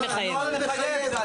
אבל הנוהל מחייב.